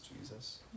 Jesus